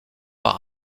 par